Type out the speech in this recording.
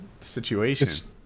situation